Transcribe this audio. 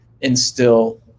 instill